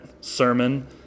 sermon